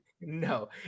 No